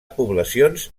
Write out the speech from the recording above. poblacions